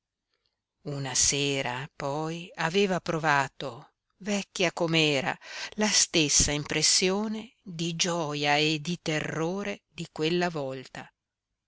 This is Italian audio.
una sera poi aveva provato vecchia com'era la stessa impressione di gioia e di terrore di quella volta